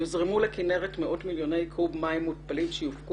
"יוזרמו לכינרת מאות מיליוני קוב מים מותפלים שיופקו